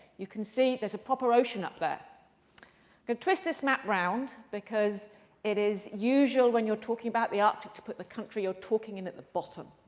you can see there's a proper ocean up there. you can twist this map round because it is usual when you're talking about the arctic to put the country you're talking in at the bottom.